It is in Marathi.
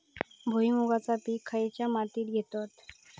भुईमुगाचा पीक खयच्या मातीत घेतत?